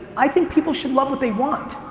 i think people should love what they want.